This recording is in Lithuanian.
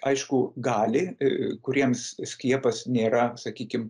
aišku gali e kuriems skiepas nėra sakykim